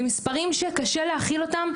אלה מספרים שקשה להכיל אותם,